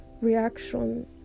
reaction